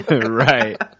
right